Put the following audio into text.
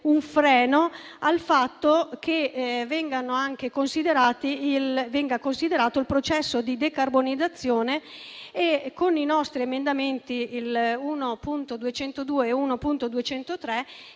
un freno al fatto che venga considerato il processo di decarbonizzazione e, con i nostri emendamenti 1.202 e 1.203,